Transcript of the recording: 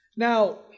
Now